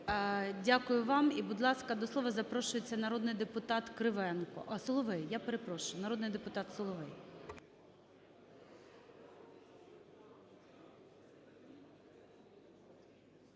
Дякую вам. І, будь ласка, до слова запрошується народний депутат Кривенко.